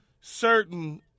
certain